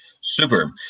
Super